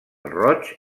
roig